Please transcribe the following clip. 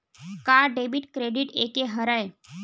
का debit credit एके हरय?